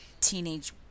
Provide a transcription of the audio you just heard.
teenage